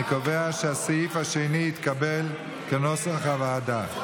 אני קובע שהסעיף השני, כנוסח הוועדה,